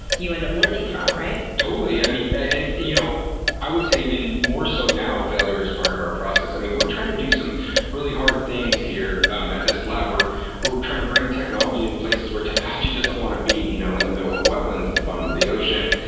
you end up learning from, right? totally. i and you know would say even more so now, failure is part of our process. and we're we're trying to do some really hard things here um at this lab, we're we're we're trying to bring technology in places where technology doesn't want to be, you know in the middle of wetlands, at the bottom of the ocean,